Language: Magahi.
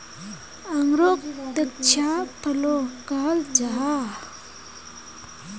अन्गूरोक द्राक्षा फलो कहाल जाहा